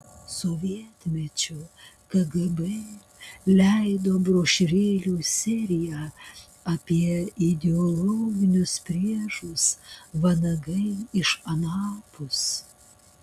sovietmečiu kgb leido brošiūrėlių seriją apie ideologinius priešus vanagai iš anapus